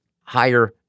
higher